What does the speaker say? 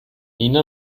nina